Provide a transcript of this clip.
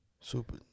Super